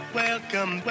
welcome